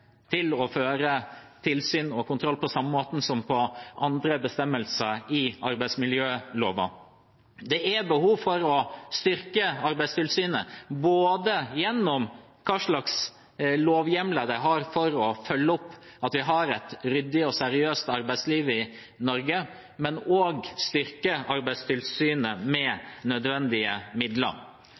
til å føre tilsyn og kontroll på samme måte som for andre bestemmelser i arbeidsmiljøloven. Det er behov for å styrke Arbeidstilsynet gjennom hva slags lovhjemler de har for å følge opp at vi har et ryddig og seriøst arbeidsliv i Norge, men også å styrke Arbeidstilsynet med nødvendige midler.